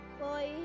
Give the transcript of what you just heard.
Boy